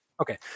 Okay